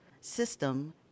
System